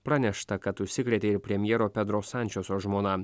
pranešta kad užsikrėtė ir premjero pedro sančeso žmona